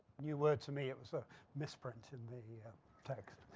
new word to me it was a misprint in the ah text.